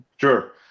Sure